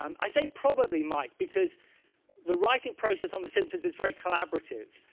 um i say probably mike because the writing process on the simpsons is very collaborative,